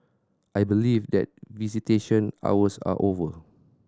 I believe that visitation hours are over